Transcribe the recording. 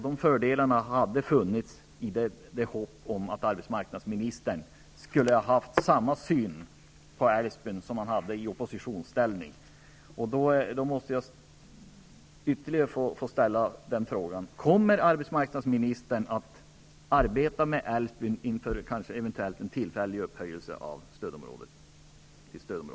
Dessa fördelar hade funnits om arbetsmarknadsministern hade haft samma syn på Älvsbyn såsom minister som han hade i oppositionsställning. Kommer arbetsmarknadsministern att arbeta för